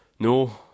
No